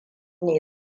ne